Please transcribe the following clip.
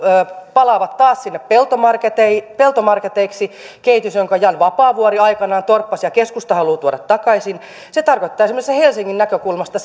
palaavat taas sinne peltomarketeiksi peltomarketeiksi se kehitys jonka jan vapaavuori aikoinaan torppasi ja keskusta haluaa tuoda takaisin tarkoittaisi esimerkiksi helsingin näkökulmasta